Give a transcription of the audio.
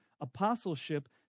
apostleship